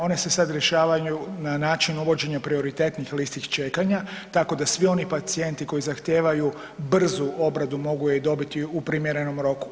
One se sad rješavaju na način uvođenja prioritetnih listi čekanja, tako da svi oni pacijenti koji zahtijevaju brzu obradu mogu je i dobiti u primjerenom roku.